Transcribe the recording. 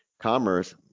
commerce